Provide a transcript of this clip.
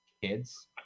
kids